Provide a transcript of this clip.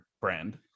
brand